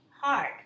hard